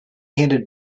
handed